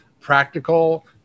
practical